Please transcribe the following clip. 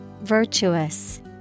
Virtuous